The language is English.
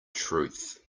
truth